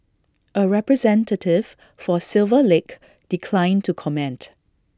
A representative for silver lake declined to comment